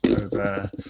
over